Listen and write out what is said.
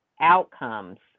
outcomes